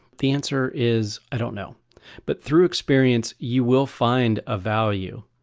the answer is i don't know but through experience you will find a value.